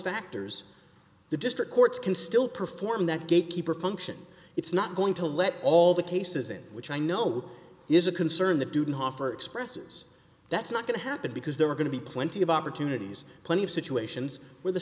factors the district courts can still perform that gatekeeper function it's not going to let all the cases in which i know is a concern that didn't offer expresses that's not going to happen because there are going to be plenty of opportunities plenty of situations where the